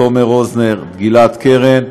תומר רוזנר וגלעד קרן,